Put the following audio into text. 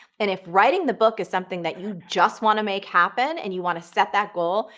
and if writing the book is something that you just want to make happen, and you want to set that goal,